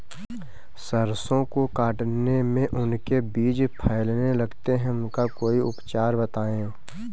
सरसो को काटने में उनके बीज फैलने लगते हैं इसका कोई उपचार बताएं?